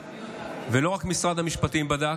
ולא רק משרד המשפטים בדק,